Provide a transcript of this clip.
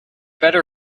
better